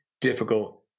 difficult